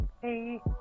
hey